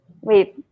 Wait